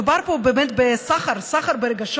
מדובר פה בסחר, סחר ברגשות,